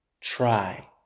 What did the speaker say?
try